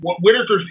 Whitaker's